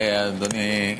אדוני,